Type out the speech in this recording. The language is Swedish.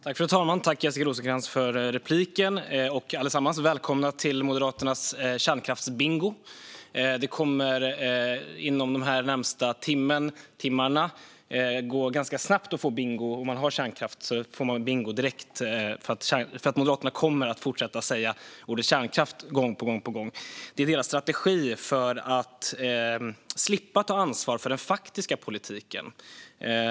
Fru talman! Tack för repliken, Jessica Rosencrantz, och välkomna allesammans till Moderaternas kärnkraftsbingo! Det kommer inom de närmaste timmarna att gå ganska snabbt att få bingo om man räknar varje gång man hör "kärnkraft". Moderaterna kommer nämligen att fortsätta att säga det gång på gång. Det är deras strategi för att slippa ta ansvar för den faktiska politiken.